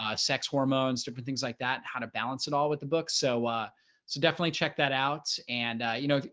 ah sex hormones, different things like that, how to balance it all with the book. so definitely check that out. and you know,